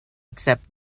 accept